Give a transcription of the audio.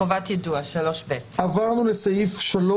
חובת יידוע 3ב. עברנו לסעיף 3,